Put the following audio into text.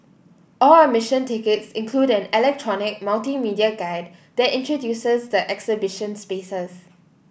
all admission tickets include an electronic multimedia guide that introduces the exhibition spaces